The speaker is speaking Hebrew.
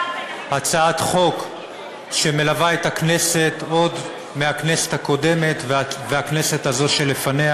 הצעת חוק שמלווה את הכנסת עוד מהכנסת הקודמת ומהכנסת שלפניה,